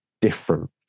different